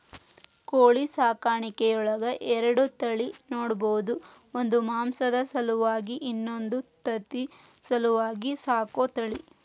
ಕೋಳಿ ಸಾಕಾಣಿಕೆಯೊಳಗ ಎರಡ ತಳಿ ನೋಡ್ಬಹುದು ಒಂದು ಮಾಂಸದ ಸಲುವಾಗಿ ಇನ್ನೊಂದು ತತ್ತಿ ಸಲುವಾಗಿ ಸಾಕೋ ತಳಿ